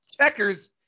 checkers